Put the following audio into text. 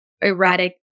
erratic